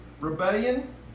Rebellion